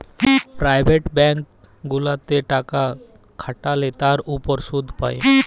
private bank গুলাতে টাকা খাটাল্যে তার উপর শুধ পাই